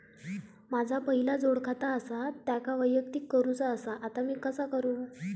माझा पहिला जोडखाता आसा त्याका वैयक्तिक करूचा असा ता मी कसा करू?